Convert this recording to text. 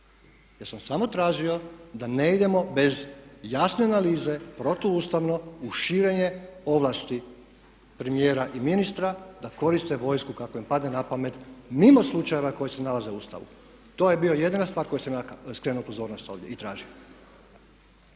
Ja sam samo tražio da ne idemo bez jasne analize, protuustavno u širenje ovlasti premijera i ministra da koriste vojsku kako im padne na pamet mimo slučajeva koji se nalaze u Ustavu. To je bila jedina stvar na koju sam ja skrenuo pozornost ovdje i tražio.